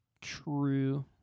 true